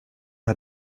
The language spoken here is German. hat